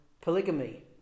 polygamy